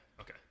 Okay